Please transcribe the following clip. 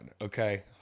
okay